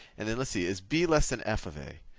and then let's see, is b less than f of a?